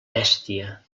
bèstia